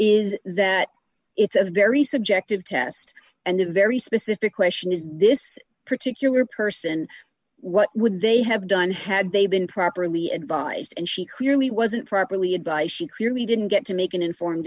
is that it's a very subjective test and a very specific question is this particular person what would they have done had they been properly advised and she clearly wasn't properly advice she clearly didn't get to make an informed